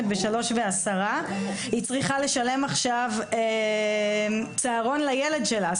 ב-15:10 היא צריכה לשלם עכשיו צהרון לילד שלה.